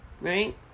right